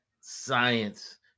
science